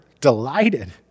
delighted